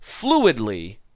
fluidly